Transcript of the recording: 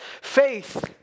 Faith